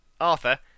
Arthur